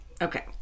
okay